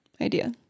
idea